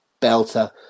belter